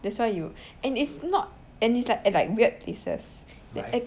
that's why you and it's not and it's like at like weird places that